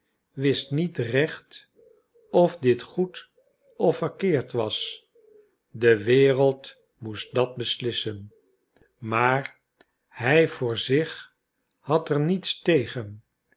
wist niet recht of dit goed of verkeerd was de wereld moest dat beslissen maar hij voor zich had er niets tegen